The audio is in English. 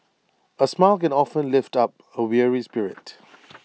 A smile can often lift up A weary spirit